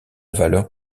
valeur